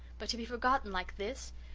but to be forgotten like this!